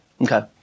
Okay